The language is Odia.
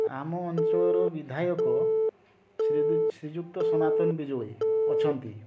ଆମ ଅଞ୍ଚଳର ବିଧାୟକ ଶ୍ରୀଯୁକ୍ତ ଶ୍ରୀଯୁକ୍ତ ସନାତନ ବିଜୟୀ ଅଛନ୍ତି